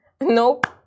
Nope